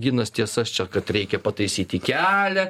ginas tiesas čia kad reikia pataisyti kelią